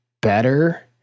better